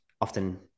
Often